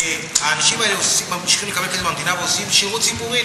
שהאנשים האלה ממשיכים לקבל כסף מהמדינה ועושים שירות ציבורי,